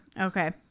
Okay